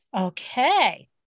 Okay